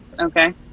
Okay